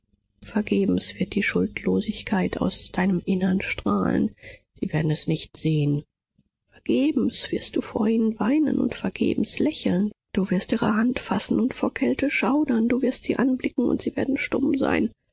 vergebens wird die schuldlosigkeit aus deinem innern strahlen sie werden es nicht sehen vergebens wirst du vor ihnen weinen und vergebens lächeln du wirst ihre hand fassen und vor kälte schaudern du wirst sie anblicken und sie werden stumm sein